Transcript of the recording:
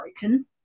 broken